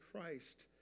Christ